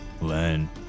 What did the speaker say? learn